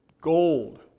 gold